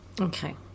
Okay